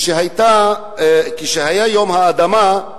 כשהיה יום האדמה,